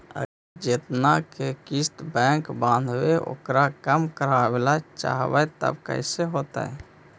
अगर जेतना के किस्त बैक बाँधबे ओकर कम करावे ल चाहबै तब कैसे होतै?